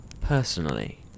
personally